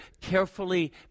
carefully